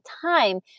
time